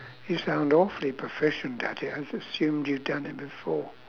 you sound awfully profession about it I've assumed you done it before